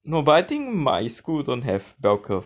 no but I think my school don't have bell curve